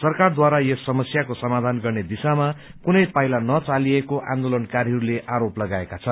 सरकारद्वारा यस समस्याको समाधान गर्ने दिशामा कुनै पाइला नचालिएको आन्दोलनकारीहरूले आरोप लगाएका छन्